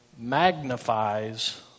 magnifies